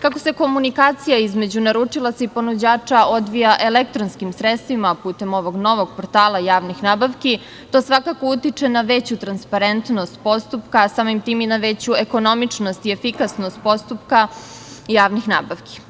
Kako se komunikacija između naručilaca i ponuđača odvija elektronskim sredstvima putem ovog novog portala javnih nabavki, to svakako utiče na veću transparentnost postupka, a samim tim i na veću ekonomičnost i efikasnost postupka javnih nabavki.